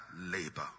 Labor